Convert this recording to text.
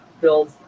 build